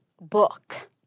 book